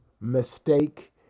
mistake